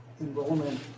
enrollment